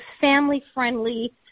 family-friendly